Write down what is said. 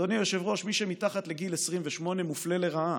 אדוני היושב-ראש, מי שמתחת לגיל 28 מופלה לרעה,